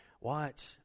watch